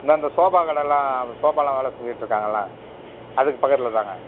இந்தா இந்த சோபாக்கடைல்லாம் சோபாலாம் வேலை செஞ்சுட்ருக்காங்கல்ல அதுக்குப் பக்கத்தில் தாங்க